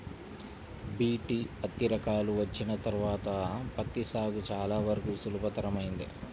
BT పత్తి రకాలు వచ్చిన తర్వాత పత్తి సాగు చాలా వరకు సులభతరమైంది